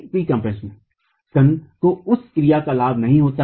स्कन्ध को उस क्रिया का लाभ नहीं होता है